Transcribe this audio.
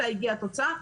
מתי הגיעה התוצאה.